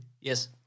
Yes